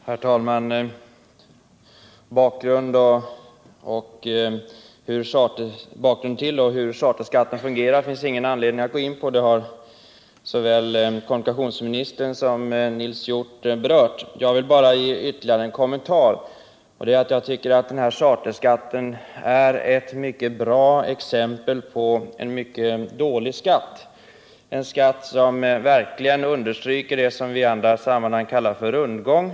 Herr talman! Bakgrunden till charterskatten och hur den fungerar finns det ingen anledning att gå in på, det har såväl kommunikationsministern som Nils Hjorth berört. Jag vill bara göra ytterligare en kommentar. Charterskatten är ett mycket bra exempel på en mycket dålig skatt — en skatt som verkligen understryker det vi i andra sammanhang kallar för rundgång.